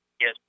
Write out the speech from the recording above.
Yes